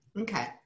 Okay